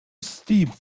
steep